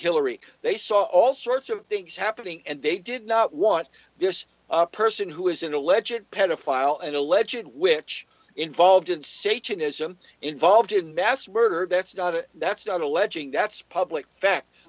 hillary they saw all sorts of things happening and they did not want this person who was in a legit pedophile in a legend which involved in satanism involved in mass murder that's not that's not alleging that's public fact